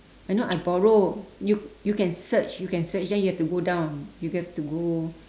I know I borrow you you can search you can search then you have to go down you have to go